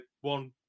one